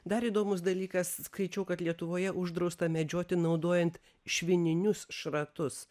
dar įdomus dalykas skaičiau kad lietuvoje uždrausta medžioti naudojant švininius šratus